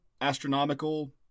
astronomical